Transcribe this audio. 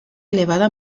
elevada